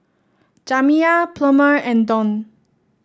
Jamiya Plummer and Deon